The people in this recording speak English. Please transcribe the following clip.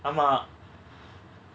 ஆமா:aama